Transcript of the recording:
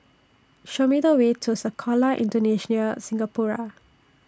Show Me The Way to Sekolah Indonesia Singapura